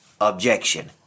objection